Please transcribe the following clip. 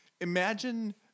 imagine